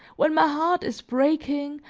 when my heart is breaking,